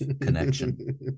connection